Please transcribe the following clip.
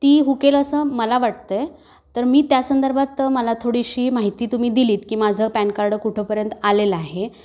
ती हुकेल असं मला वाटतंय तर मी त्या संदर्भात मला थोडीशी माहिती तुम्ही दिलीत की माझं पॅन कार्ड कुठंपर्यंत आलेलं आहे